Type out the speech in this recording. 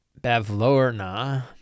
Bavlorna